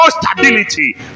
stability